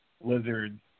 lizards